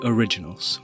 Originals